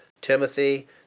Timothy